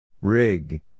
Rig